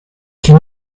can